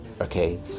okay